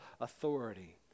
authority